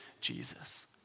Jesus